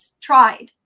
tried